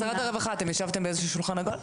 משרד הרווחה, אתם ישבתם באיזשהו שולחן עגול?